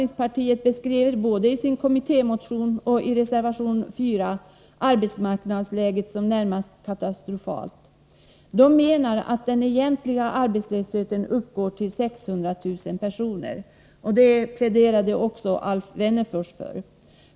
Moderaterna beskriver både i sin kommittémotion och i reservation 4 arbetsmarknadsläget som närmast katastrofalt. De menar att den egentliga arbetslösheten uppgår till 600 000 personer. Detta hävdade också Alf Wennerfors nyss.